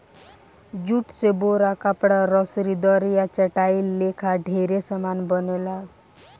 jute से बोरा, कपड़ा, रसरी, दरी आ चटाई लेखा ढेरे समान बनेला